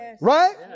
Right